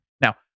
Now